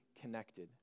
connected